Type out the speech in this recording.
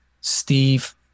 Steve